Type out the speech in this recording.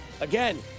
Again